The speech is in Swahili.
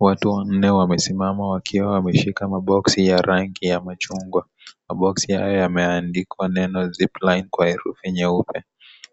Watu wanne, wamesimama, wakiwa wameshika maboksi ya rangi ya machungwa. Maboksi hayo yameandikwa neno Zipline kwa herufi nyeupe.